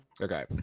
okay